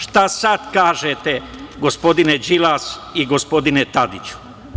Šta sada kažete gospodine Đilas i gospodine Tadiću?